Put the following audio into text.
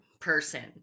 person